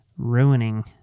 Ruining